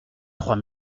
trois